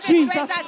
Jesus